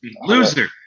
Loser